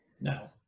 No